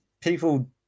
people